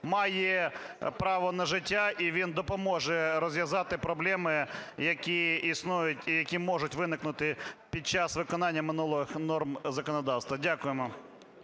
має право на життя і він допоможе розв'язати проблеми, які існують і які можуть виникнути під час виконання минулих норм законодавства. Дякуємо.